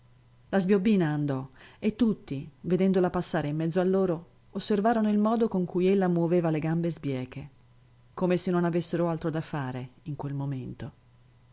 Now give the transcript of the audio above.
andò e tutti vedendola passare in mezzo a loro osservarono il modo con cui ella moveva le gambe sbieche come se non avessero altro da fare in quel momento